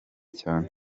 cyane